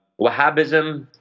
Wahhabism